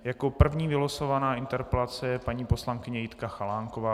Jako první vylosovaná interpelace je paní poslankyně Jitka Chalánková.